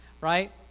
right